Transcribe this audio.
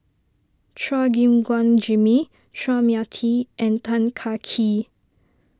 Chua Gim Guan Jimmy Chua Mia Tee and Tan Kah Kee